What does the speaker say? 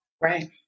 Right